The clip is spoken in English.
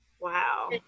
Wow